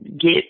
get